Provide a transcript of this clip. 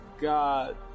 God